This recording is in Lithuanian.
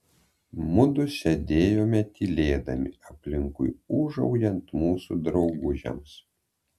mudu sėdėjome tylėdami aplinkui ūžaujant mūsų draugužiams